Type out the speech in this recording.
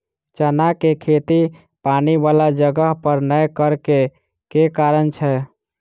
चना केँ खेती पानि वला जगह पर नै करऽ केँ के कारण छै?